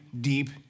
deep